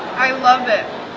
i love it!